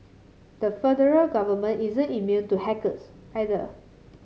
the federal government isn't immune to hackers either